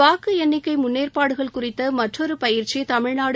வாக்கு எண்ணிக்கை முன்னேற்பாடுகள் குறித்த மற்றொரு பயிற்சி தமிழ்நாடு